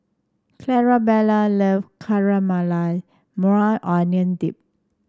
Clarabelle love Caramelized Maui Onion Dip